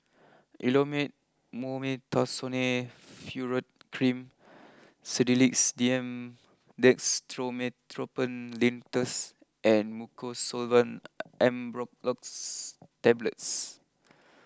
Elomet Mometasone Furoate cream Sedilix D M Dextromethorphan Linctus and Mucosolvan Ambroxol Tablets